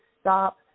stop